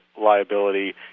liability